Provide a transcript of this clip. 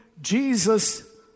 Jesus